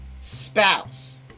spouse